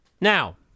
Now